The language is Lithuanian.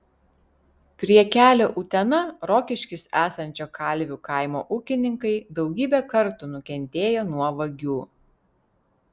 prie kelio utena rokiškis esančio kalvių kaimo ūkininkai daugybę kartų nukentėjo nuo vagių